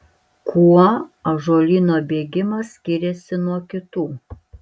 kuo ąžuolyno bėgimas skiriasi nuo kitų